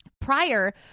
Prior